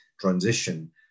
transition